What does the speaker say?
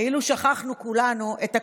כאילו שכחנו כולנו את הקורונה,